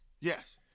Yes